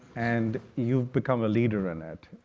and you've become a leader in it.